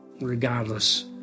regardless